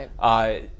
Right